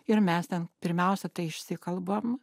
ir mes ten pirmiausia tai išsikalbam